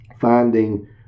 finding